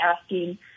asking